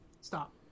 Stop